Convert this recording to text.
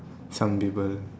some people